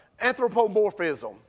anthropomorphism